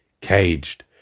caged